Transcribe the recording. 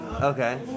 Okay